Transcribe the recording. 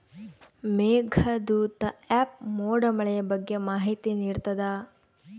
Meghdoot app ಮೋಡ ಮಳೆಯ ಬಗ್ಗೆ ಮಾಹಿತಿ ನಿಡ್ತಾತ